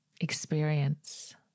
experience